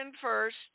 first